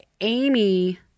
Amy